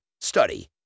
Study